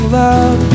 love